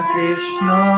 Krishna